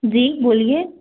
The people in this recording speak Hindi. जी बोलिए